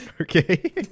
Okay